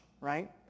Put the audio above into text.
right